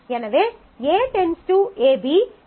எனவே A→AB முழு R1 ஆகும்